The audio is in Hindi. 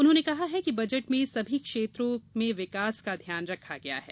उन्होंने कहा है कि बजट में सभी क्षेत्रों में विकास का ध्यान रखा गया है